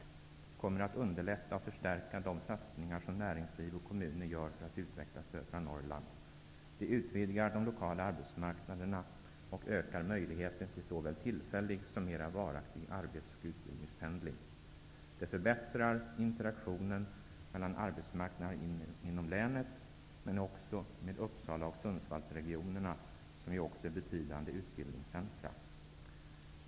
Det kommer att underlätta och förstärka de satsningar som näringsliv och kommuner gör för att utveckla södra Norrland. Det utvidgar de lokala arbetsmarknaderna och ökar möjligheten till såväl tillfällig som mera varaktig arbets och utbildningspendling. Det förbättrar interaktionen mellan arbetsmarknader inom länet men även med Uppsala och Sundsvallsregionen, vilka också är betydande utbildningscentra.